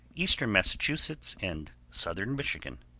eastern massachusetts, and southern michigan.